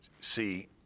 see